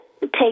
take